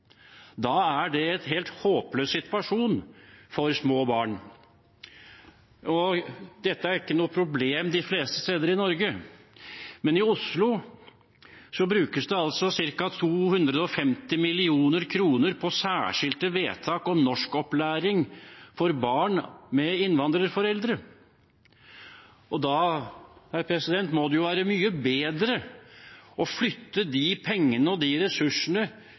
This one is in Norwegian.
er en helt håpløs situasjon for små barn. Dette er ikke noe problem de fleste steder i Norge, men i Oslo brukes det altså ca. 250 mill. kr på særskilte vedtak og norskopplæring for barn med innvandrerforeldre. Da må det være mye bedre å flytte de pengene og de ressursene